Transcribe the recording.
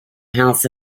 house